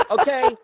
okay